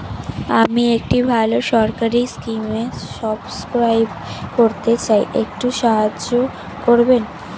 আমি একটি ভালো সরকারি স্কিমে সাব্সক্রাইব করতে চাই, একটু সাহায্য করবেন?